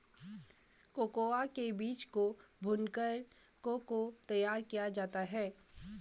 cocoa के बीज को भूनकर को को तैयार किया जाता है